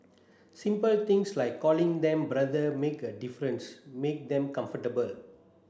simple things like calling them brother make a difference make them comfortable